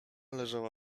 leżała